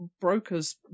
brokers